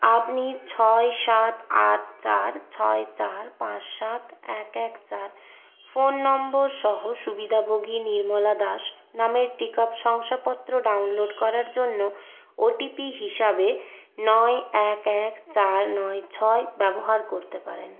আপনি ছয় সাত আট চার ছয় চার পাঁচ সাত এক এক চার ফোন নম্বর সহ সুবিধাভোগী নির্মলা দাস নামের টিকা শংসাপত্র ডাউনলোড করার জন্য ও টি পি হিসাবে নয় এক এক চার নয় ছয় ব্যবহার করতে পারেন